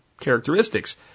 characteristics